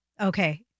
Okay